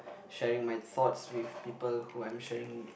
sharing my thoughts with people who I'm sharing